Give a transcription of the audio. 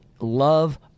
love